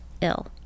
ill